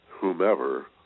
whomever